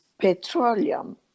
petroleum